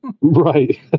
Right